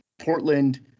Portland